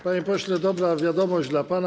Panie pośle, dobra wiadomość dla pana.